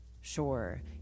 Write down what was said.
Sure